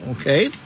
okay